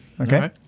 okay